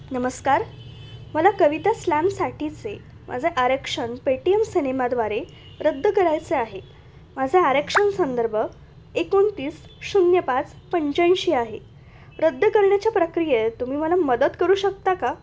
नमस्कार मला कविता स्लॅमसाठीचे माझं आरक्षण पेटीएम सिनेमाद्वारे रद्द करायचे आहे माझे आरक्षण संदर्भ एकोणतीस शून्य पाच पंच्याऐंशी आहे रद्द करण्याच्या प्रक्रियेत तुम्ही मला मदत करू शकता का